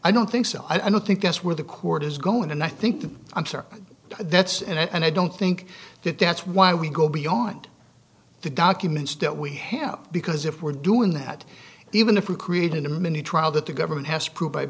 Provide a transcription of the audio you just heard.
i don't think so i don't think that's where the court is going and i think the i'm sorry that's and i don't think that that's why we go beyond the documents that we have because if we're doing that even if we created a mini trial that the government